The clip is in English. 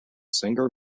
singer